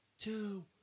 Two